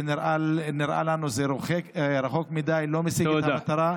זה נראה לנו רחוק מדי, לא משיג את המטרה.